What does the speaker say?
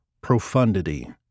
profundity